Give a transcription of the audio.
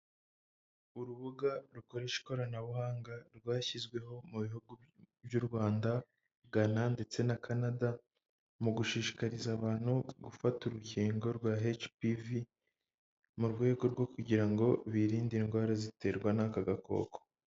Urubuga rukoresha ikoranabuhanga rwashyizweho mu bihugu by'u Rwanda, Ghana ndetse na Canada mu gushishikariza abantu gufata urukingo rwa HPV mu rwego rwo kugira ngo birinde indwara ziterwa n'aka gakoko.